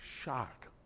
shock